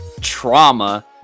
trauma